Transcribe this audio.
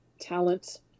talents